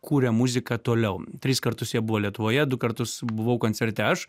kuria muziką toliau tris kartus jie buvo lietuvoje du kartus buvau koncerte aš